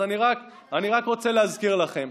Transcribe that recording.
אז אני רק רוצה להזכיר לכם.